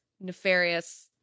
nefarious